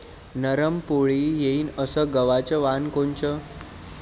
नरम पोळी येईन अस गवाचं वान कोनचं?